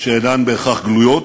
שאינן בהכרח גלויות,